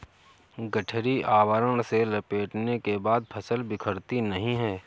गठरी आवरण से लपेटने के बाद फसल बिखरती नहीं है